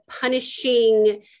punishing